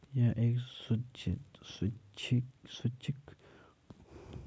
यह एक स्वैच्छिक और अंशदायी पेंशन योजना है